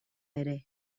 ere